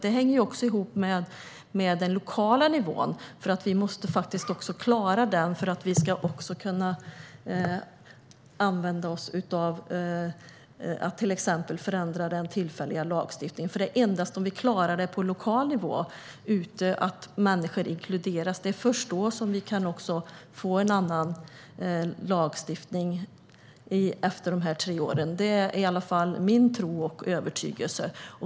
Det hänger också ihop med den lokala nivån. Vi måste klara den för att vi ska kunna förändra den tillfälliga lagstiftningen. Det är först om vi på lokal nivå klarar att inkludera människor som vi kan få en annan lagstiftning efter de tre åren. Det är i alla fall min tro och övertygelse.